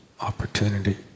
opportunity